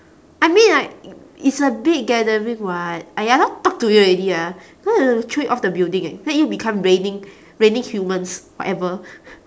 I mean like it's a big gathering [what] !aiya! don't want talk to you already lah want to throw you off the building eh let you become raining raining humans whatever